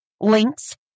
links